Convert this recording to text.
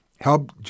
Help